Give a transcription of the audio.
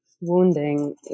wounding